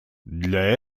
для